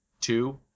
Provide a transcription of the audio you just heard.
two